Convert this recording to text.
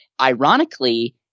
ironically